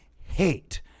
hate